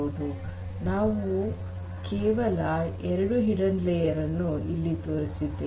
ಇಲ್ಲಿ ನಾವು ಕೇವಲ ಎರಡು ಹಿಡನ್ ಲೇಯರ್ ಗಳನ್ನು ತೋರಿಸಿದ್ದೇವೆ